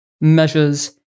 measures